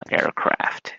aircraft